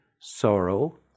sorrow